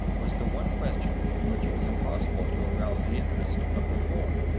was the one question in which it was impossible to arouse the interest of the four.